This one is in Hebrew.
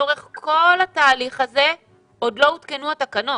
לאורך כל התהליך הזה עוד לא הותקנו התקנות.